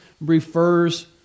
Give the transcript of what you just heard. refers